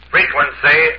Frequency